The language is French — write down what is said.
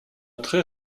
très